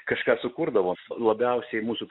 kažką sukurdavo labiausiai mūsų